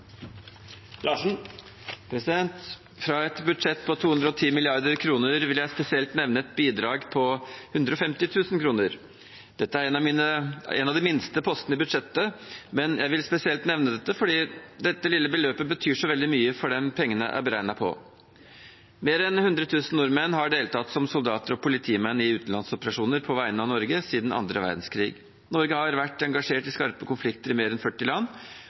en av de minste postene i budsjettet, men jeg vil spesielt nevne det, fordi dette lille beløpet betyr så veldig mye for dem pengene er beregnet på. Flere enn 100 000 nordmenn har deltatt som soldater og politimenn i utenlandsoperasjoner på vegne av Norge siden annen verdenskrig. Norge har vært engasjert i skarpe konflikter i flere enn 40 land.